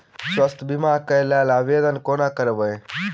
स्वास्थ्य बीमा कऽ लेल आवेदन कोना करबै?